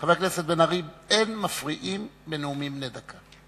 חבר הכנסת בן-ארי, אין מפריעים בנאומים בני דקה.